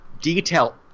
detail